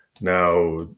Now